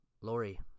Lori